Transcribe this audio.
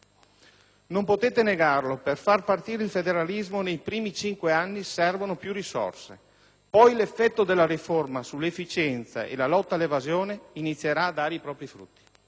Non potete negarlo, per far partire il federalismo nei primi cinque anni servono più risorse; poi gli effetti della riforma sull'efficienza e sulla lotta all'evasione inizieranno a dare i loro frutti.